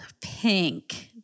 Pink